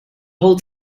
whole